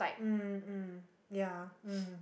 mm mm yeah mmhmm